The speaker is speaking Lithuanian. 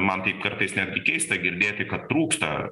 man taip kartais net keista girdėti kad trūksta